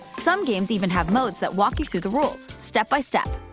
some games even have modes that walk you through the rules, step-by-step.